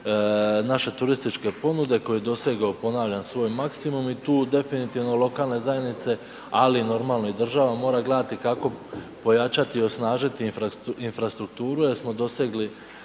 naše turističke ponude koji je dosegao ponavljam svoj maksimum. I tu definitivno lokalne zajednice ali normalno i država moraju gledati kako pojačati i osnažiti infrastrukturu jer smo dosegli